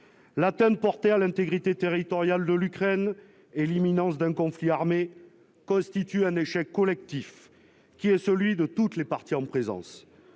l'atteinte portée à l'intégrité territoriale de l'Ukraine et l'imminence d'un conflit armé constitue un échec collectif qui est celui de toutes les parties en présence,